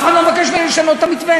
אף אחד לא מבקש ממני לשנות את המתווה.